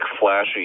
flashy